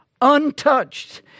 untouched